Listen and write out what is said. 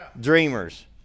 dreamers